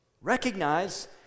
Recognize